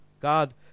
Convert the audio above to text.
God